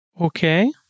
Okay